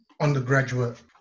undergraduate